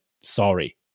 sorry